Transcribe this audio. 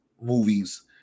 movies